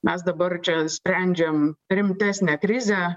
mes dabar čia sprendžiam rimtesnę krizę